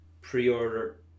pre-order